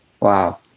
Wow